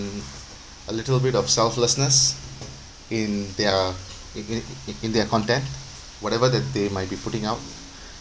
a little bit of selflessness in their in in in their content whatever that they might be putting out